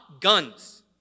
guns